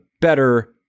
better